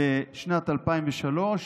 בשנת 2003,